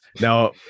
Now